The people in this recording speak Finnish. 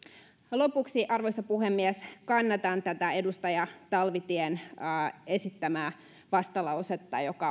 lopuksi arvoisa puhemies kannatan tätä edustaja talvitien esittämää lausumaehdotusta joka